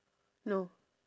no